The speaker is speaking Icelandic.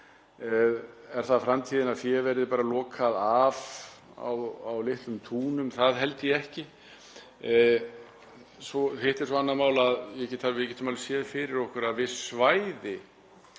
Er það framtíðin að fé verði bara lokað af á litlum túnum? Ég held ekki. Hitt er svo annað mál að við getum alveg séð fyrir okkur að viss svæði